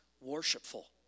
worshipful